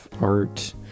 art